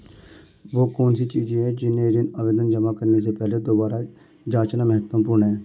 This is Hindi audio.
वे कौन सी चीजें हैं जिन्हें ऋण आवेदन जमा करने से पहले दोबारा जांचना महत्वपूर्ण है?